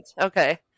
okay